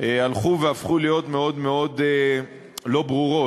הלכו והפכו להיות מאוד מאוד לא ברורות,